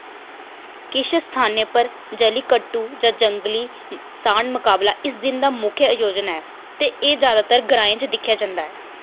किश स्थानें पर जल्लीकट्टू जां जंगली सांढ मकाबला इस दिन दा मुक्ख आयोजन ऐ ते एह् जैदातर ग्राएं च दिक्खेआ जंदा ऐ